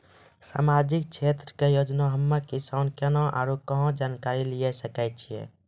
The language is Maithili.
समाजिक क्षेत्र के योजना हम्मे किसान केना आरू कहाँ जानकारी लिये सकय छियै?